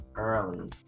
early